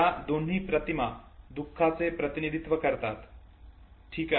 या दोन्ही प्रतिमा दुःखाचे प्रतिनिधित्व करतात ठीक आहे